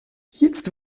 jetzt